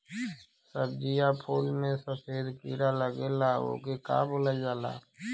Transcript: सब्ज़ी या फुल में सफेद कीड़ा लगेला ओके का बोलल जाला?